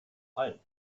allen